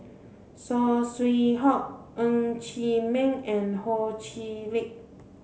Saw Swee Hock Ng Chee Meng and Ho Chee Lick